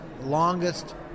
longest